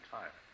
time